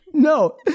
No